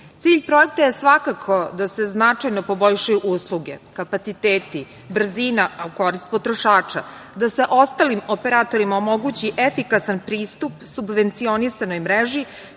projekta je svakako da se značajno poboljšaju usluge, kapaciteti, brzina, a u korist potrošača, da se ostalim operatorima omogući efikasan pristup, subvencionisanoj mreži,